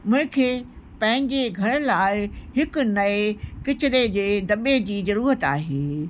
मूंखे पंहिंजे घर लाइ हिकु नएं किचिरे जे दॿे जी ज़रूरत आहे